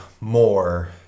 more